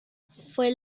fue